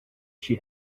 she